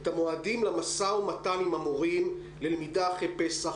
את המועדים למשא ומתן עם המורים ללמידה אחרי פסח,